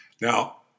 Now